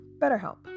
BetterHelp